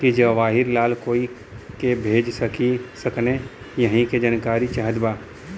की जवाहिर लाल कोई के भेज सकने यही की जानकारी चाहते बा?